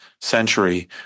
century